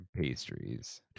Pastries